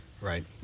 right